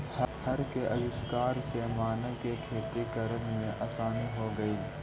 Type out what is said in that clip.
हर के आविष्कार से मानव के खेती करे में आसानी हो गेलई